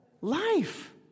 life